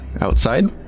outside